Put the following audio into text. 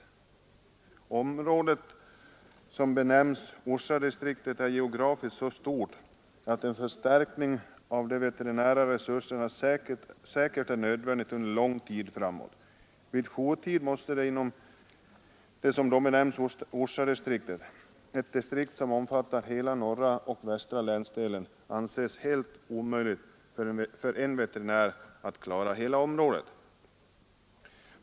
Det område som benämns Orsadistriktet är geografiskt så stort att en förstärkning av de veterinära resurserna säkerligen är nödvändig under lång tid framåt. Vid jourtid måste det inom det som benämns Orsadistriktet — ett distrikt som omfattar hela norra och västra länsdelen — anses helt omöjligt för en veterinär att klara hela området.